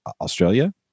australia